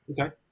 Okay